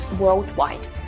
worldwide